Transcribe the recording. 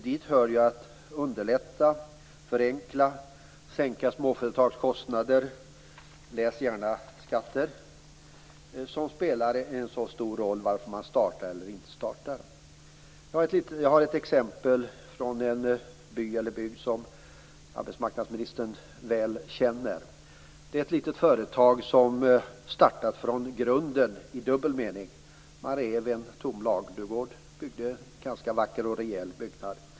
Dit hör att underlätta, förenkla och sänka småföretagskostnader - läs gärna skatter. Detta spelar en så oerhört stor roll för om man startar eller inte startar ett företag. Jag har ett exempel från en bygd som arbetsmarknadsministern väl känner. Det är ett litet företag som startat från grunden - i dubbel mening. Man rev en tom ladugård och byggde en vacker och rejäl byggnad.